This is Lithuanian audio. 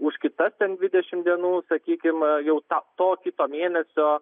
už kitas ten dvidešimt dienų sakykim jau tą to kito mėnesio